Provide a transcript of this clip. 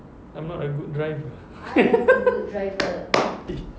I'm not a good driver